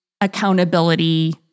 accountability